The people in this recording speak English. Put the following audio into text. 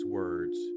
words